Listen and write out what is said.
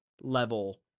level